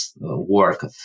work